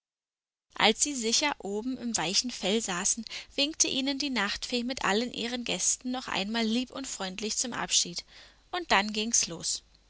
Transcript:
als sie sicher oben im weichen fell saßen winkte ihnen die nachtfee mit allen ihren gästen noch einmal lieb und freundlich zum abschied und dann ging's los